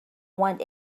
want